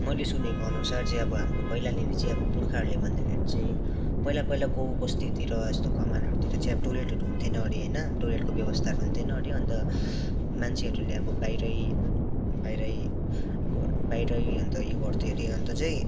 मैले सुनेकोअनुसार चाहिँ अब हाम्रो पहिलानिर चाहिँ अब पुर्खाहरूले भन्दा चाहिँ पहिला पहिलाको गाउँ बस्तीतिर यस्तो कमानहरूतिर चाहिँ अब टोइलेटहरू हुन्थेन अरे होइन टोइलेटको व्यवस्थाहरू हुन्थेन अरे अन्त मान्छेहरूले अब बाइरै बाहिरै बाहिरै गर् अन्त उयो गर्थ्यो अरे अन्त चाहिँ